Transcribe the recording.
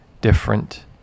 different